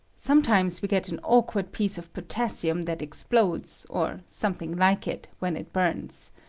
sometimes we get an awkward piece of potabsium that explodes, or something like it, when it burns.